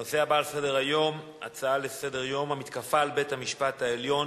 הנושא הבא על סדר-היום: המתקפה על בית-המשפט העליון